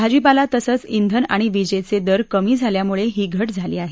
भाजीपाला तसंच धिन आणि विजेचे दर कमी झाल्यामुळे ही घट झाली आहे